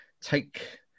Take